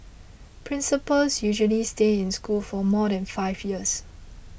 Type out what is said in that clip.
principals usually stay in school for more than five years